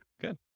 good